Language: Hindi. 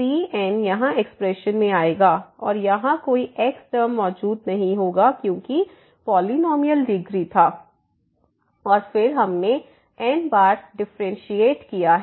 cn यहाँ एक्सप्रेशन में आएगा और यहाँ कोई xटर्म मौजूद नहीं होगा क्योंकि पॉलिनॉमियल डिग्री था और फिर हमने n बार डिफरेंशिएट किया है